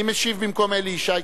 מי משיב במקום אלי ישי?